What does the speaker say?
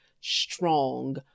strong